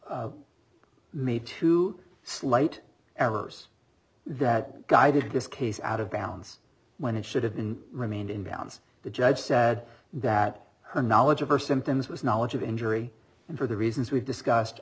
de two slight errors that guided this case out of bounds when it should have been remained in bounds the judge said that her knowledge of her symptoms was knowledge of injury and for the reasons we've discussed